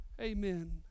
Amen